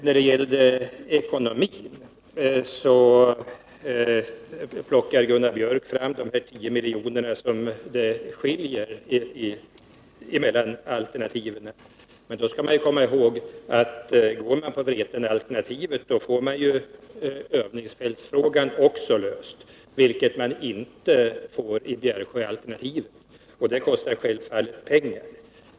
När det gäller ekonomin plockar Gunnar Björk fram de 10 miljoner som skiljer alternativen. Då skall man komma ihåg att går man på Vretenalternativet, får man också övningsfältsfrågan löst, vilket man inte får med Bjärsjöalternativet, och det kostar självfallet pengar.